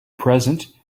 present